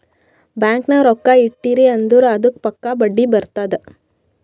bank ನಾಗ್ ರೊಕ್ಕಾ ಇಟ್ಟಿರಿ ಅಂದುರ್ ಅದ್ದುಕ್ ಪಕ್ಕಾ ಬಡ್ಡಿ ಬರ್ತುದ್